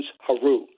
Haru